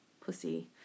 pussy